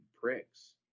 pricks